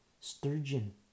sturgeon